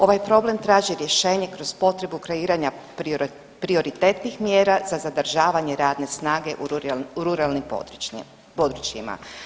Ovaj problem traži rješenje kroz potrebu kreiranja prioritetnih mjera za zadržavanje radne snage u ruralnim područjima.